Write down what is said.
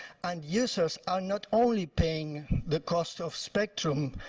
and users are not only paying the cost of spectrum,